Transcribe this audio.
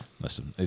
listen